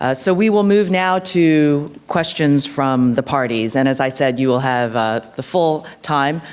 ah so we will move now to questions from the parties, and as i said you will have ah the full time.